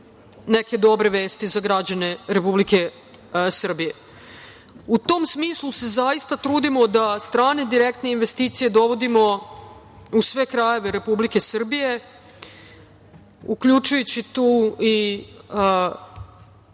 neke dobre vesti za građane Republike Srbije.U tom smislu se zaista trudimo da strane direktne investicije dovodimo u sve krajeve Republike Srbije, uključujući tu i